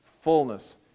fullness